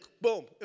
boom